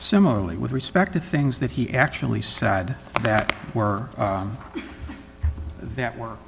similarly with respect to things that he actually said that were that w